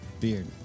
beard